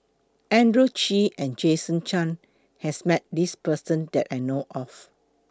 Andrew Chew and Jason Chan has Met This Person that I know of